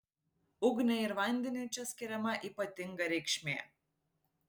ugniai ir vandeniui čia skiriama ypatinga reikšmė